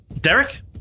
Derek